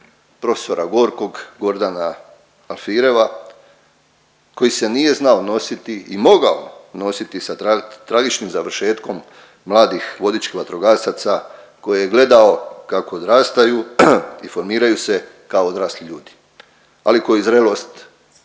prof. Gorkog, Gordana Afireva koji se nije znao nositi i mogao nositi sa tragičnim završetkom mladih vodičkih vatrogasaca koje je gledao kako odrastaju i formiraju se kao odrasli ljudi, ali koji zrelost